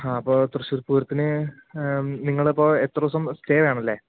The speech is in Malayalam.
ഹാ അപ്പോൾ തൃശ്ശൂർപ്പൂരത്തിന് നിങ്ങളപ്പോൾ എത്ര ദിവസം സ്റ്റേ വേണം അല്ലേ